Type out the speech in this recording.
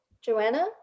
Joanna